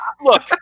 look